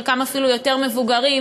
חלקם אפילו יותר מבוגרים.